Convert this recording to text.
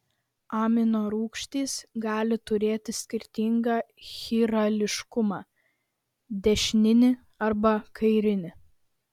aminorūgštys gali turėti skirtingą chirališkumą dešininį arba kairinį